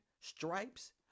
stripes